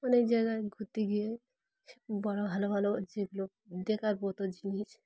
অনেক জায়গায় ঘুরতে গিয়ে বড়ো ভালো ভালো যেগুলো দেখকার মতো জিনিস